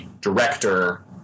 director